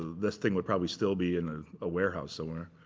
this thing would probably still be in a ah warehouse somewhere.